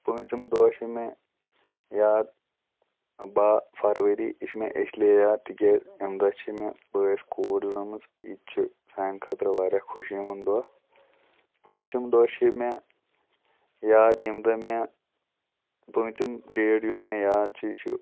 پٲنٛژِم دۄہ چھِ مےٚ یاد بہہ فَرؤری یہِ چھِ مےٚ اِسلیے یاد تِکیٛازِ اَمہِ دۄہ چھِ مےٚ بٲیِس کوٗر زامٕژ یہِ تہِ چھُ سانہِ خٲطرٕ واریاہ خوشی ہُنٛد دۄہ پٲنٛژِم دۄہ چھِ مےٚ یاد ییٚمہِ دۄہ مےٚ پٲنٛژِم ڈیٹ یُس مےٚ یاد چھُ یہِ چھُ